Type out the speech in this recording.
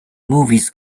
movies